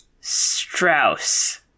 Strauss